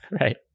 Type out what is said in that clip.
right